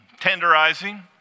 tenderizing